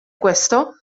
questo